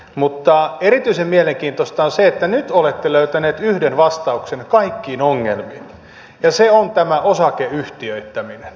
mutta erityisen mielenkiintoista on se että nyt olette löytäneet yhden vastauksen kaikkiin ongelmiin ja se on tämä osakeyhtiöittäminen